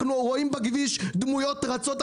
אנחנו רואים בכביש דמויות רצות.